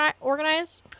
organized